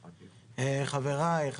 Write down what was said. חבריי,